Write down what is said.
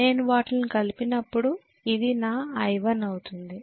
నేను వాటిని కలిపినప్పుడు ఇది నా I1 అవుతుంది